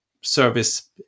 service